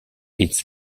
its